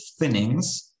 thinnings